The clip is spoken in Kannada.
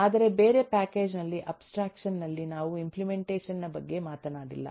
ಆದರೆ ಬೇರೆ ಪ್ಯಾಕೇಜ್ ನಲ್ಲಿಅಬ್ಸ್ಟ್ರಾಕ್ಷನ್ ನಲ್ಲಿ ನಾವು ಇಂಪ್ಲೆಮೆಂಟೇಷನ್ ನ ಬಗ್ಗೆ ಮಾತನಾಡಲಿಲ್ಲ